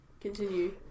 Continue